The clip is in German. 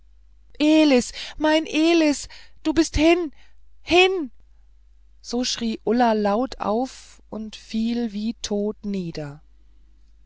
elis mein elis du bist hin hin so schrie ulla laut auf und fiel wie tot nieder